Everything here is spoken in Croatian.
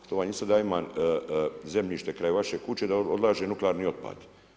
To vam i sada ima zemljište kraj vaše kuće da odlaže nuklearni otpad.